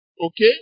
Okay